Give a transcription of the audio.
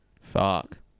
Fuck